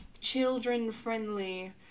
children-friendly